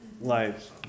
lives